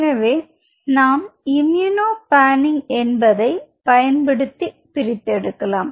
எனவே நாம் immunopanning என்பதை பயன்படுத்தி பிரித்தெடுக்கலாம்